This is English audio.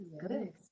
Good